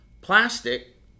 plastic